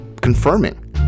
confirming